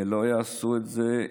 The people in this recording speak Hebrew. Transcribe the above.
הם לא יעשו את זה,